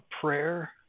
prayer